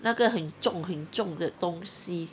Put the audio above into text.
那个很重很重的东西